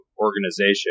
organization